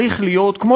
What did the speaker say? ואני מצטער,